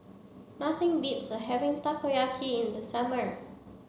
nothing beats having Takoyaki in the summer